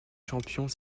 champions